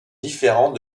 différent